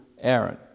Aaron